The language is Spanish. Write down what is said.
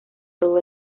todo